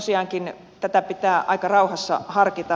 tosiaankin tätä pitää aika rauhassa harkita